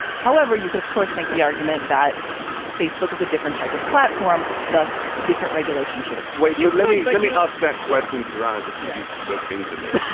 however you can of course make the argument that facebook is a different type of platform thus different regulation should apply so let me let me ask that question to run it because you looked into this